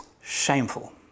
shameful